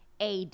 AD